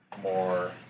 more